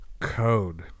code